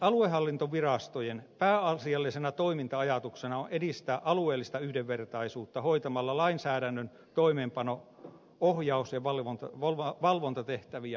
aluehallintovirastojen pääasiallisena toiminta ajatuksena on edistää alueellista yhdenvertaisuutta hoitamalla lainsäädännön toimeenpano ohjaus ja valvontatehtäviä alueilla